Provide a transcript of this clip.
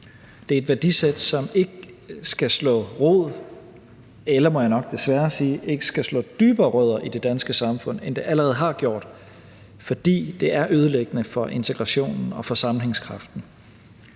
Det er et værdisæt, som ikke skal slå rod, eller som, må jeg nok desværre sige, ikke skal slå dybere rødder i det danske samfund, end det allerede har gjort, for det er ødelæggende for integrationen og for sammenhængskraften.